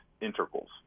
intervals